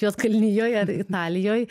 juodkalnijoj ar italijoj